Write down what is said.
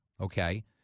Okay